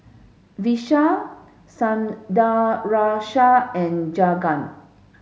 Vishal Sundaraiah and Jagat